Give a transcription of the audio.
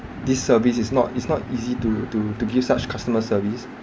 this service is not is not easy to to to give such customer service